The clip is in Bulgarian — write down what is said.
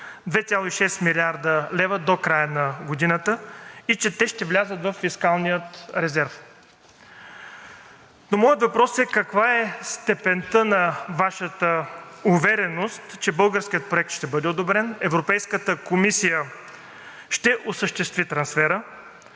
2,6 млрд. лв. до края на годината и че те ще влязат във фискалния резерв. Но моят въпрос е: каква е степента на Вашата увереност, че българският проект ще бъде одобрен, Европейската комисия ще осъществи трансфера?